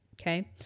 Okay